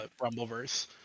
Rumbleverse